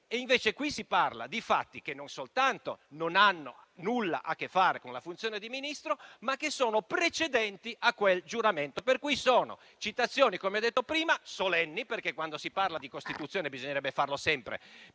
caso si parla di fatti che non soltanto non hanno nulla a che fare con la funzione di Ministro, ma che sono precedenti a quel giuramento. Pertanto sono citazioni, come ho detto prima, solenni, perché quando si parla di Costituzione - anche se bisognerebbe farlo sempre - occorre